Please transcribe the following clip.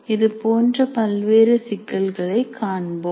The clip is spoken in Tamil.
இதுபோன்ற பல்வேறு சிக்கல்களை காண்போம்